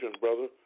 brother